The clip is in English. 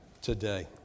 today